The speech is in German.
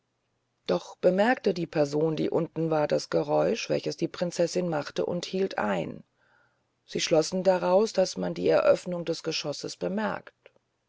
doch bemerkte die person die unten war das geräusch welches die prinzessin machte und hielt ein sie schlossen daraus man habe die eröfnung des geschosses bemerkt